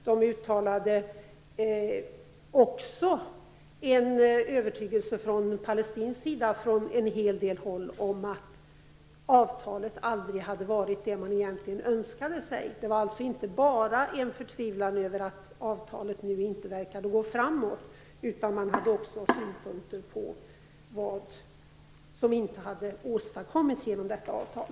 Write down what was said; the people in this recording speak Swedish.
De uttalade från en del håll på palestinsk sida också en övertygelse om att avtalet aldrig hade varit det man egentligen önskade sig. Det var alltså inte bara en förtvivlan över att det nu inte verkar gå framåt med avtalet, utan man hade också synpunkter på vad som skulle ha åstadkommits genom detta avtal.